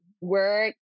work